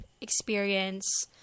experience